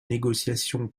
négociations